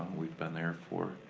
we've been there for,